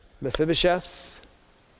Mephibosheth